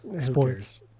sports